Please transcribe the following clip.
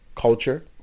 culture